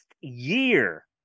year